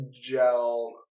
gel